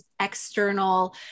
external